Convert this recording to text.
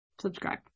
Subscribe